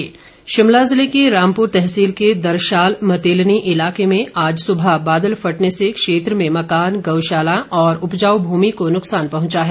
बादल फटा शिमला जिले की रामपुर तहसील के दरशाल मतेलनी इलाके में आज सुबह बादल फटने से क्षेत्र में मकान गऊशाला और उपजाऊ भूमि को नुकसान पहुंचा है